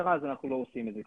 במשטרה אז אנחנו לא עושים את זה.